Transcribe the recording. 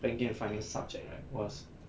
banking and finance subject right was